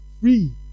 free